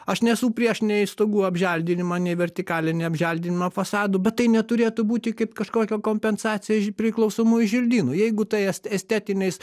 aš nesu prieš nei stogų apželdinimą nei vertikalinį apželdinimą fasadų bet tai neturėtų būti kaip kažkokia kompensacija iš priklausomųjų želdynų jeigu tai es estetiniais